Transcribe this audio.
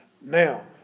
Now